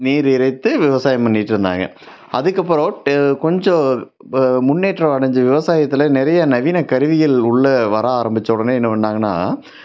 நீர் இறைத்து விவசாயம் பண்ணிகிட்ருந்தாங்க அதுக்கப்புறம் கொஞ்சம் முன்னேற்றம் அடைஞ்சி விவசாயத்தில் நிறைய நவீன கருவிகள் உள்ளே வர ஆரமித்த உடனே என்ன பண்ணிணாங்கனா